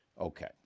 Okay